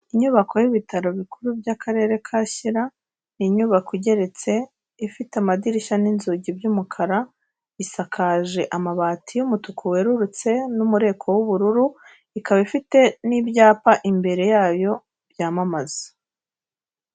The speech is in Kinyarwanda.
Inyubako y'ibitaro bikuru by'akarere ka Shyira, ni inyubako igeretse, ifite amadirishya n'inzugi by'umukara, isakaje amabati y'umutuku werurutse n'umureko w'ubururu, ikaba ifite n'ibyapa imbere yayo byamamaza.